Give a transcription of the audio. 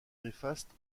néfaste